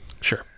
Sure